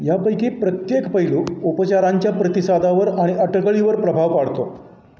ह्यापैकी प्रत्येक पैलू उपचारांच्या प्रतिसादावर आणि अटकळीवर प्रभाव पाडतो